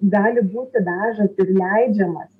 gali būti dažas ir leidžiamas